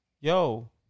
yo